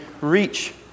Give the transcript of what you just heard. reach